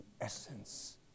essence